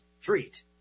treat